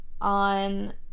On